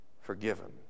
forgiven